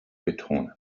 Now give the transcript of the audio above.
betonen